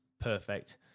Perfect